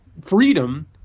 freedom